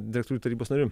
direktorių tarybos nariu